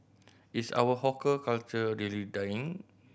is our hawker culture really dying